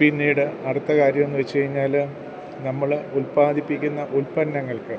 പിന്നീട് അടുത്ത കാര്യമെന്നുവെച്ചുകഴിഞ്ഞാൽ നമ്മൾ ഉൽപാദിപ്പിക്കുന്ന ഉൽപ്പന്നങ്ങൾക്ക്